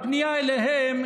הפנייה היא אליהם,